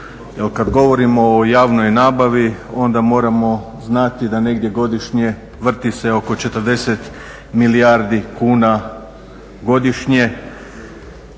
kada govorimo o javnoj nabavi onda moramo znati da negdje godišnje vrti se oko 40 milijardi kuna godišnje.